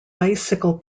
bicycle